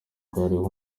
bwarimo